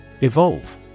Evolve